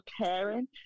caring